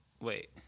wait